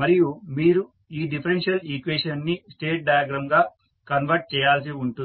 మరియు మీరు ఈ డిఫరెన్షియల్ ఈక్వేషన్ ని స్టేట్ డయాగ్రమ్ గా కన్వర్ట్ చేయాల్సి ఉంటుంది